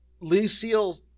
Lucille